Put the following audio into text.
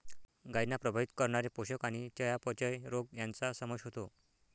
गायींना प्रभावित करणारे पोषण आणि चयापचय रोग यांचा समावेश होतो